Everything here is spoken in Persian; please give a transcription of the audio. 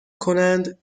کنند